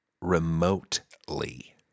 remotely